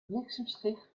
bliksemschicht